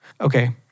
okay